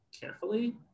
carefully